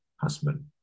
husband